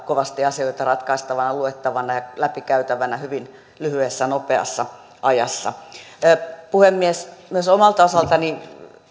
kovasti asioita ratkaistavana luettavana ja läpikäytävänä hyvin lyhyessä nopeassa ajassa puhemies myös omalta osaltani